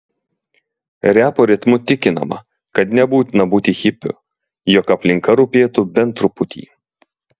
repo ritmu tikinama kad nebūtina būti hipiu jog aplinka rūpėtų bent truputį